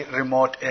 remote